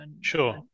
sure